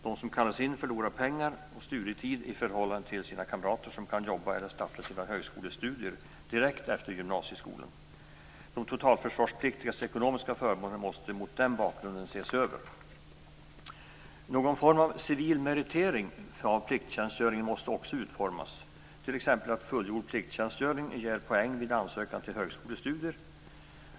De som kallas in förlorar pengar och studietid i förhållande till kamrater som kan jobba eller starta sina högskolestudier direkt efter gymnasieskolan. De totalförsvarspliktigas ekonomiska förmåner måste mot den bakgrunden ses över. Någon form av civil meritvärdering av plikttjänstgöring måste också utformas, t.ex. att fullgjord plikttjänstgöring ger poäng vid ansökan till högskolestudier.